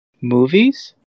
Movies